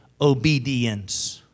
obedience